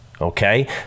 Okay